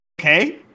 Okay